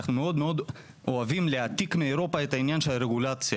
אנחנו מאוד מאוד אוהבים להעתיק מאירופה את העניין של הרגולציה,